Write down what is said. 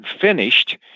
finished